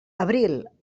abril